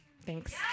Thanks